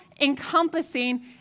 encompassing